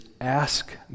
ask